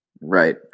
Right